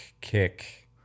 kick